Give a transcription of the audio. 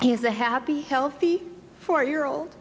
is a happy healthy four year old